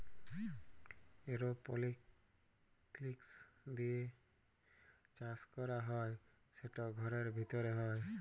এরওপলিক্স দিঁয়ে চাষ ক্যরা হ্যয় সেট ঘরের ভিতরে হ্যয়